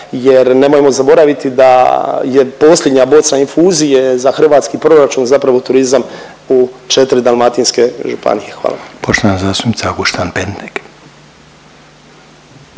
jer nemojmo zaboraviti da je posljednja boca infuzije za hrvatski proračun zapravo turizam u četiri dalmatinske županije. Hvala.